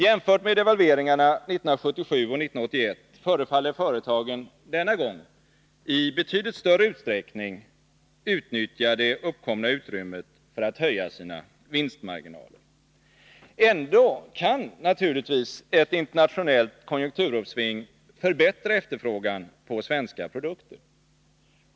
Jämfört med devalveringarna 1977 och 1981 förefaller företagen denna gång i betydligt större utsträckning utnyttja det uppkomna utrymmet för att höja sina vinstmarginaler. Ändå kan naturligtvis ett internationellt konjunkturuppsving förbättra efterfrågan på svenska produkter.